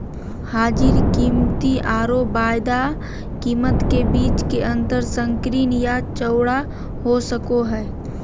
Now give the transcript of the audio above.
हाजिर कीमतआरो वायदा कीमत के बीच के अंतर संकीर्ण या चौड़ा हो सको हइ